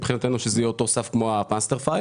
מבחינתנו אנחנו רוצים שזה יהיה אותו סף כמו ה-master file.